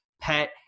pet